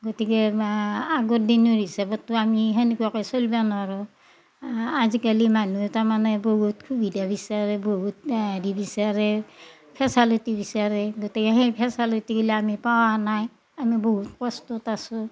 গতিকে আগৰ দিনোৰ হিচাপতটো আমি তেনেকুৱাকে চলবা ন'ৰো আজিকালি মানহুই তাৰমানে বহুত সুবিধা বিচাৰে বহুত হেৰি বিচাৰে ফেছালিটি বিচাৰেই গতিকে সেই ফেছালিটিগিলা আমি পোৱা নাই আমি বহুত কষ্টত আছোঁ